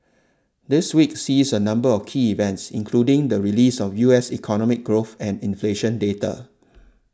this week sees a number of key events including the release of U S economic growth and inflation data